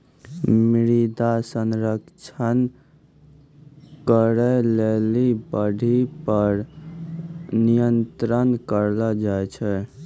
मृदा संरक्षण करै लेली बाढ़ि पर नियंत्रण करलो जाय छै